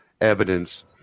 evidence